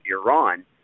Iran